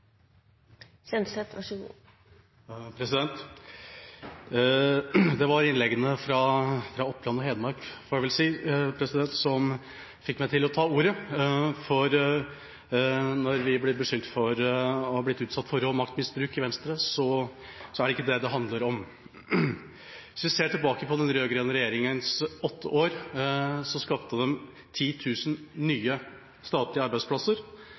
Det var innleggene fra representantene fra Oppland og Hedmark som fikk meg til å be om ordet. For når det sies at vi har vært utsatt for rå maktmisbruk i Venstre, så er det ikke det det handler om. Hvis vi ser tilbake på den rød-grønne regjeringas åtte år, skapte de 10 000 nye statlige arbeidsplasser.